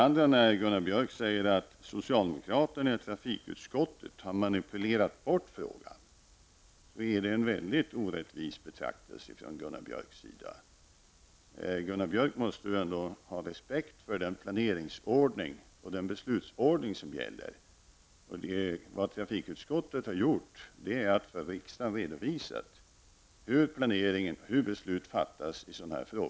Vidare säger Gunnar Björk att socialdemokraterna i trafikutskottet har manipulerat bort frågan, men det är en väldigt orättvis betraktelse från Gunnar Björks sida. Gunnar Björk måste ändå ha respekt för den planerings och beslutsordning som gäller. Vad trafikutskottet har gjort är att man för riksdagen har redovisat hur planeringen sker och hur beslut fattas i sådana här frågor.